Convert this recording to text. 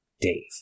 Dave